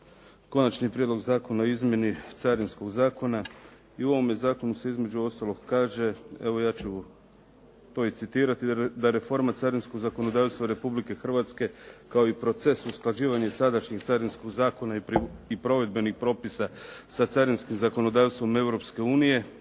Konačni prijedlog zakona o izmjeni Carinskog zakona i u ovome zakonu se između ostalog kaže, evo ja ću to i citirati, da reforma carinskog zakonodavstva Republike Hrvatske kao i proces usklađivanja sadašnjeg Carinskog zakona i provedbenih propisa sa carinskim zakonodavstvom Europske unije.